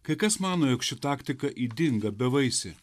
kai kas mano jog ši taktika ydinga bevaisė